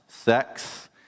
sex